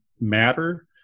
matter